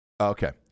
Okay